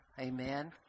amen